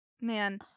Man